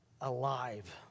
alive